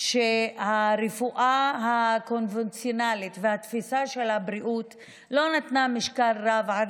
שהרפואה הקונבנציונלית והתפיסה של הבריאות עד